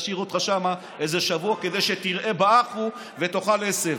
להשאיר אותך שם איזה שבוע כדי שתרעה באחו ותאכל עשב.